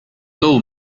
loo